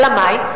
אלא מאי?